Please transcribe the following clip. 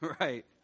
Right